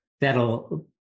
that'll